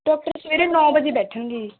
doctor ਸਵੇਰੇ ਨੌ ਵਜੇ ਬੈਠਣਗੇ ਜੀ